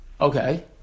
Okay